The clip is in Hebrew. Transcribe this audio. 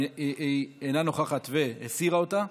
היא אינה נוכחת והסירה אותן,